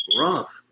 rough